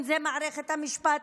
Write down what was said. אם זה מערכת המשפט,